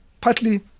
partly